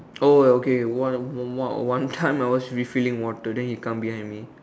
oh okay one more one time I was refilling water then he come behind me